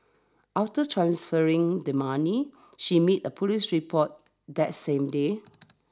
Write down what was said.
after transferring the money she made a police report that same day